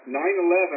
9-11